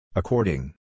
according